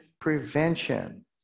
prevention